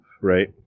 Right